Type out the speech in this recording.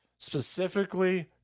specifically